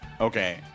Okay